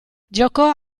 giocò